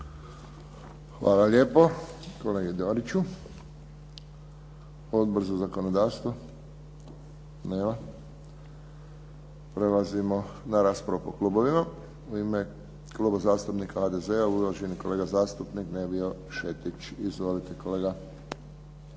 Hvala lijepo kolega Doriću. Odbor za zakonodavstvo? Nema. Prelazimo na raspravu po klubovima. U ime Kluba zastupnika HDZ-a uvaženi kolega zastupnik Nevio Šetić. Izvolite kolega.